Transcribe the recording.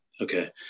Okay